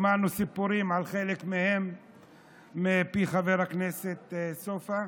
שמענו סיפורים על חלק מהם מפי חבר הכנסת סובא,